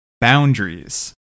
boundaries